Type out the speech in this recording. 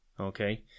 okay